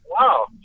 Wow